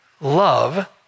love